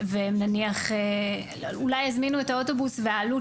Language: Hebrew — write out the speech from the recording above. ונניח אולי הזמינו את האוטובוס והעלות